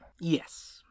Yes